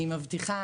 אני מבטיחה,